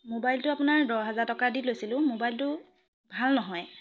মোবাইলটো আপোনাৰ দহ হাজাৰ টকা দি লৈছিলোঁ মোবাইলটো ভাল নহয়